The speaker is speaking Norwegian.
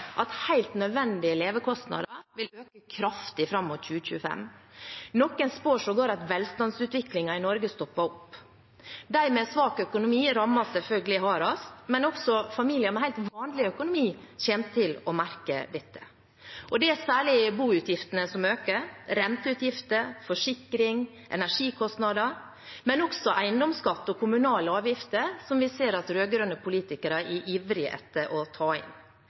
at helt nødvendige levekostnader vil øke kraftig fram mot 2025. Noen spår sågar at velstandsutviklingen i Norge stopper opp. De med svak økonomi rammes selvfølgelig hardest, men også familier med helt vanlig økonomi kommer til å merke dette. Det er særlig boutgiftene som øker, renteutgifter, forsikring og energikostnader, men også eiendomsskatt og kommunale avgifter, som vi ser at rød-grønne politikere er ivrige etter å ta inn.